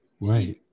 Right